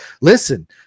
listen